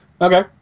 Okay